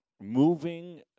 moving